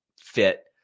fit